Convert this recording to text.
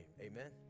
Amen